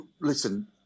listen